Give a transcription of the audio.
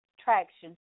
traction